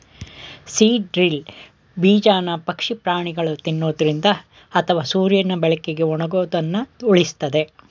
seed drill ಬೀಜನ ಪಕ್ಷಿ ಪ್ರಾಣಿಗಳು ತಿನ್ನೊದ್ರಿಂದ ಅಥವಾ ಸೂರ್ಯನ ಬೆಳಕಿಗೆ ಒಣಗೋದನ್ನ ಉಳಿಸ್ತದೆ